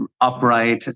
upright